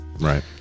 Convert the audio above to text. Right